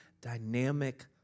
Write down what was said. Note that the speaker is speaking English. dynamic